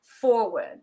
Forward